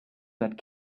that